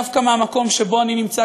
דווקא מהמקום שבו אני נמצא,